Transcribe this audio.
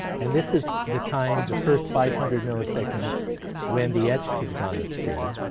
and this is the time, the first five hundred milliseconds when the adjectives on the screen.